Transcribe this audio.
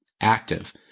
active